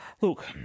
Look